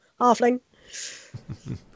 halfling